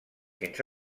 fins